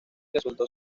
resultó